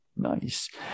nice